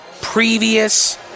previous